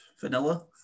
vanilla